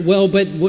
well, but